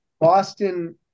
Boston